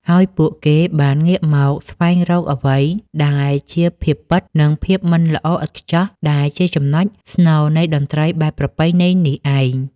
ហើយពួកគេបានងាកមកស្វែងរកអ្វីដែលជាភាពពិត និងភាពមិនល្អឥតខ្ចោះ ដែលជាចំណុចស្នូលនៃតន្ត្រីបែបប្រពៃណីនេះឯង។